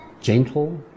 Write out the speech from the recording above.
gentle